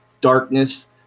darkness